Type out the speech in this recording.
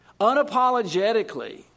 unapologetically